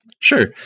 Sure